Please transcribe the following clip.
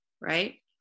right